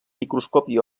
microscopi